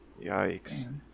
Yikes